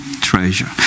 treasure